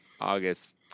August